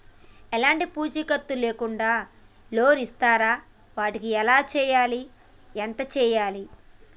ఎలాంటి పూచీకత్తు లేకుండా లోన్స్ ఇస్తారా వాటికి ఎలా చేయాలి ఎంత చేయాలి?